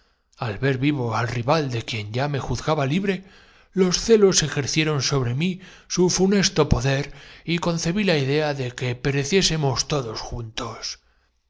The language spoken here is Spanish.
en la frente y embriagado de quien ya me juzgaba libre los celos ejercieron so bre mí su funesto poder y concebí la idea de que pe gozo reciésemos todos juntos